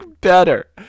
better